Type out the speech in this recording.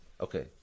Okay